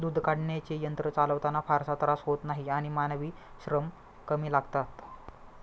दूध काढण्याचे यंत्र चालवताना फारसा त्रास होत नाही आणि मानवी श्रमही कमी लागतात